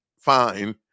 fine